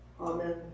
Amen